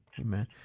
Amen